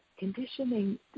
conditioning